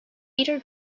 either